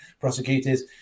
prosecutors